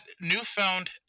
newfound